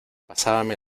pasábame